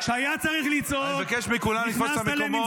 אני מבקש מכולם לתפוס את המקומות.